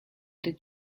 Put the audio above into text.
did